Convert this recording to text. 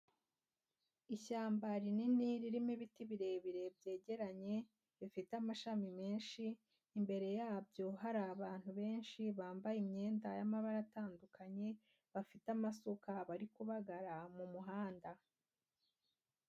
Ishyamba rinini ririmo ibiti birebire byegeranye, bifite amashami menshi, imbere yabyo hari abantu benshi bambaye imyenda y'amabara atandukanye, bafite amasuka bari kubagara mu muhanda.